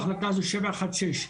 בהחלטה 716,